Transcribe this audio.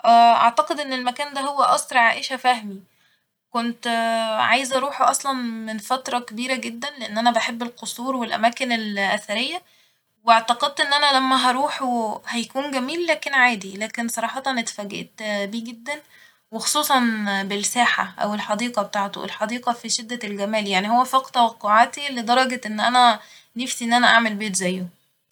أعتقد إن المكان ده هو قصر عائشة فهمي ، كنت عايزه أروحه أصلا من فترة كبيرة جدا لإن أنا بحب القصور والأماكن ال- أثرية واعتقدت إن أنا لما هروحه هيكون جميل لكن عادي ، لكن صراحة اتفاجئت بيه جدا وخصوصا بالساحة أو الحديقة بتاعته ، الحديقة في شدة الجمال يعني هو فاق توقعاتي لدرجة إن أنا نفسي إن أنا أعمل بيت زيه